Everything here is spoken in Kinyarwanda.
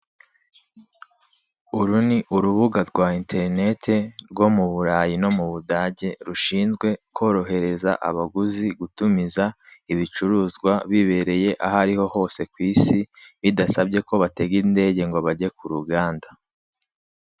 Uru ni urubuga rwa enterinete rwo mu Burayi no mu Budage, rushinzwe korohereza abaguzi gutumiza ibicuruzwa bibereye aho ariho hose ku isi, bidasabye ko batega indege ngo bage ku ruganda.